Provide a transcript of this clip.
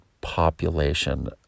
population